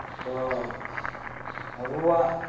ᱛᱚ ᱟᱵᱚᱣᱟᱜ